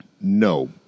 No